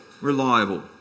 reliable